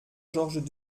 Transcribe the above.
georges